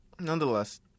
Nonetheless